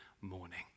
morning